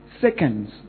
seconds